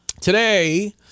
Today